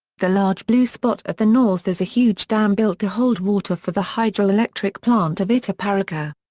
the large blue spot at the north is a huge dam built to hold water for the hydroelectric plant of itaparica.